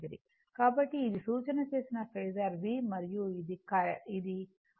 కాబట్టి ఇది సూచన చేసిన ఫేసర్ V మరియు ఇది i